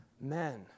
men